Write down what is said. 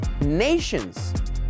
nations